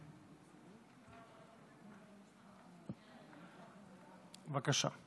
בבקשה,